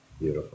Beautiful